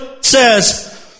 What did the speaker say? says